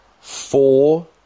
four